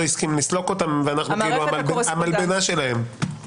הסכים לסלוק אותם ואנחנו כאילו המלבנה שלהם.